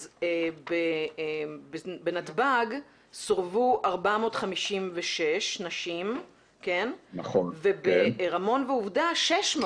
אז בנתב"ג סורבו 456 נשים וברמון ועובדה 600,